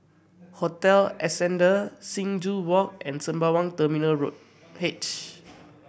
Hotel Ascendere Sing Joo Walk and Sembawang Terminal Road H